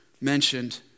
mentioned